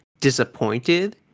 disappointed